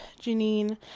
Janine